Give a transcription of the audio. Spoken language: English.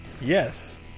Yes